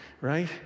right